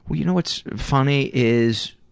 you know what's funny is,